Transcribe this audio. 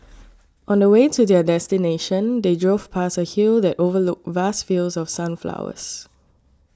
on the way to their destination they drove past a hill that overlooked vast fields of sunflowers